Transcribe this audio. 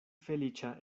feliĉa